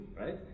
right